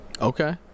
okay